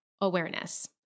awareness